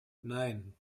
nein